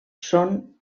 són